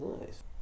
nice